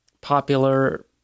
popular